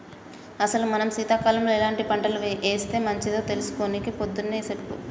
అసలు మనం సీతకాలంలో ఎలాంటి పంటలు ఏస్తే మంచిదో తెలుసుకొని పొద్దున్నే సెప్పు